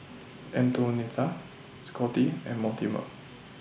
Antonetta Scotty and Mortimer